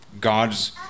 God's